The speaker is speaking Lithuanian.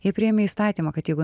jie priėmė įstatymą kad jeigu